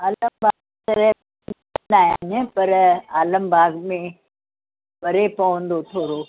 आलमबाग़ में न आहिनि पर आलमबाग़ में परे पवंदो थोरो